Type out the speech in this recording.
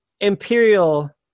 Imperial